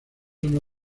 uno